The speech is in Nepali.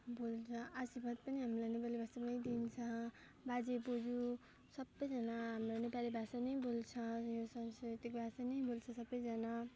बोल्छ आशीर्वाद पनि हामीलाई नेपाली भाषामै दिन्छ बाजे बोज्यू सबैजना हाम्रो नेपाली भाषा नै बोल्छ अनि यो सांस्कृतिक भाषा नै बोल्छ सबैजना